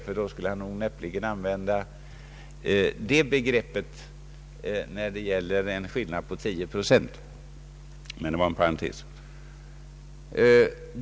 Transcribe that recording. Annars skulle han näppeligen använda det begreppet när det gäller en skillnad på 10 procent. Men det var en parentes.